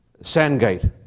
Sandgate